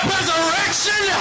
Resurrection